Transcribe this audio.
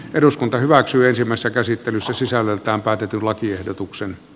eduskunta hyväksyisimmassa käsittelyssä sisällöltään päätetyn lakiehdotuksen